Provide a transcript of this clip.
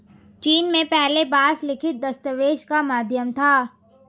चीन में पहले बांस लिखित दस्तावेज का माध्यम था